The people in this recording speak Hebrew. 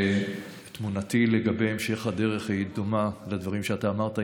תמונתי לגבי המשך הדרך דומה לדברים שאתה אמרת,